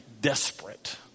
desperate